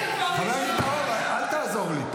אל תעזור לי,